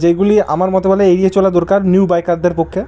যেগুলি আমার মতে বলে এড়িয়ে চলা দরকার নিউ বাইকারদের পক্ষে